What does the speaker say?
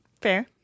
Fair